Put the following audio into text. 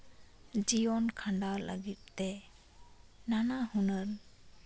ᱡᱤᱭᱚᱱ ᱠᱷᱟᱰᱟᱣ ᱞᱟᱹᱜᱤᱫᱛᱮ ᱱᱟᱱᱟ ᱦᱩᱱᱟᱹᱨ